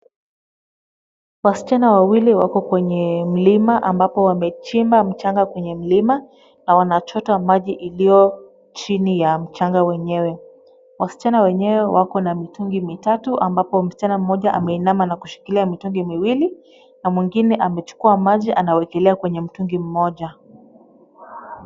Wasichana wawili wako kwenye mlima ambapo wamechimba mchanga kwenye mlima na wanachota maji iliyo chini ya mchanga wenyewe. Wasichana wenyewe wako na mitungi mitatu ambapo msichana moja ameinama na kushikilia mitungi miwili na mwingine amechukua maji anawekelea kwa mtungi moja.